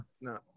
no